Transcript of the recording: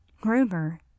Gruber